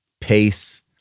pace